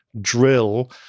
drill